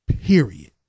Period